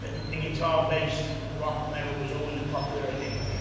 the guitar based rock metal was always popular in england,